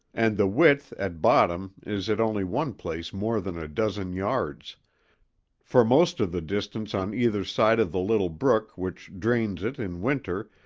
and the width at bottom is at only one place more than a dozen yards for most of the distance on either side of the little brook which drains it in winter,